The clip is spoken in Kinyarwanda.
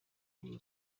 wiwe